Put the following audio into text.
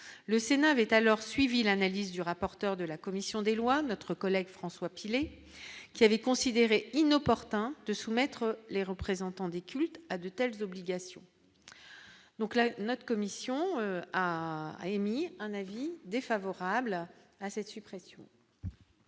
le Sénat avait alors suivi l'analyse du rapporteur de la commission des lois, notre collègue François Pilet qui avait considéré inopportun de soumettre les représentants des cultes à de telles obligations donc là notre commission a émis un avis défavorable à cette suppression.